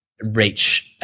reach